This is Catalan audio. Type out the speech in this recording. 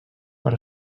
per